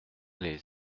les